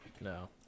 no